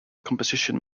composition